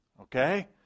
okay